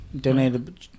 Donated